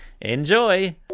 Enjoy